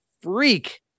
freak